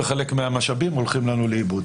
וחלק מהמשאבים הולכים לאיבוד.